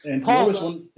Paul